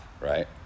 right